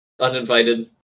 uninvited